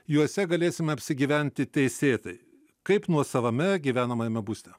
juose galėsime apsigyventi teisėtai kaip nuosavame gyvenamajame būste